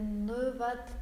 nu vat